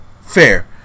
Fair